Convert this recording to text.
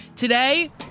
Today